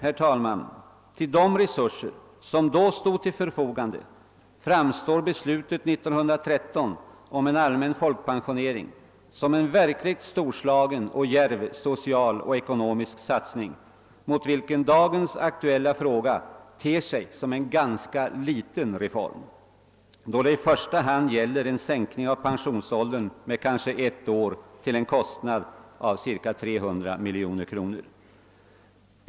Med hänsyn till de resurser som då stod till förfogande framstår beslutet 1913 om en allmän folkpensionering som en verkligt storslagen och djärv social och ekonomisk satsning, gentemot vilken dagens aktuella fråga ter sig som en ganska liten reform, då det i första hand gäller en sänkning av pensionsåldern med kanske ett år till en kostnad av cirka 300 miljoner kronor.